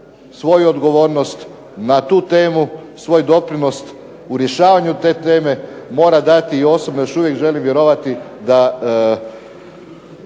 svoju odgovornost na tu temu, svoj doprinos u rješavanju te teme mora dati i osobno još uvijek želim vjerovati da